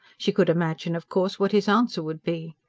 she could imagine, of course, what his answer would be.